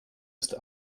ist